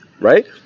right